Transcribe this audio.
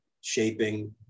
shaping